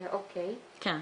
כן.